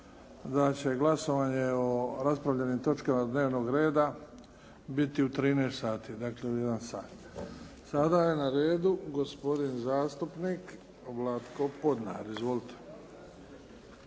da će glasovanje o raspravljenim točkama dnevnog reda biti u 13,00 sati, dakle u jedan sat. Sada je na redu gospodin zastupnik Vlatko Podnar. Izvolite.